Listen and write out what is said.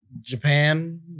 Japan